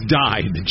died